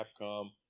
Capcom